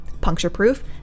puncture-proof